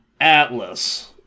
Atlas